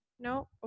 no